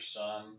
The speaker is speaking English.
son